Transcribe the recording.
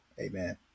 amen